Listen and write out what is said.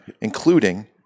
including